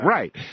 Right